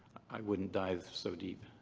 i wouldn't dive so deep.